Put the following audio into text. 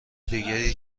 دیگری